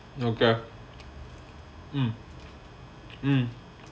okay mm mm